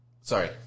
Sorry